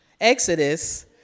Exodus